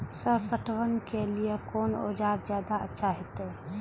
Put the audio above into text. Sir पटवन के लीऐ कोन औजार ज्यादा अच्छा होते?